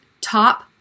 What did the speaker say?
top